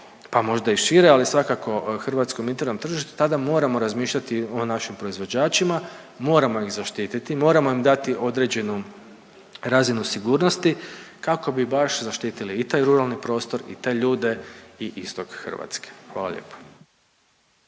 pa možda i šire ali svakako hrvatskom internom tržištu tada moramo razmišljati o našim proizvođačima, moramo ih zaštititi, moramo im dati određenu razinu sigurnosti kako bi baš zaštitili i taj ruralni prostor i te ljude i istok Hrvatske. Hvala lijepo.